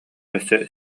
өссө